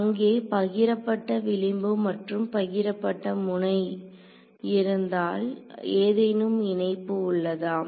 அங்கே பகிரப்பட்ட விளிம்பு அல்லது பகிரப்பட்ட முனை இருந்தால் ஏதேனும் இணைப்பு உள்ளதா